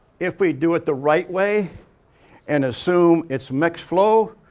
if we do it the right way and assume it's mixed flow,